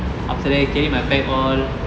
after that I carry my bag all